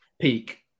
peak